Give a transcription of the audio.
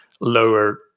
lower